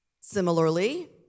Similarly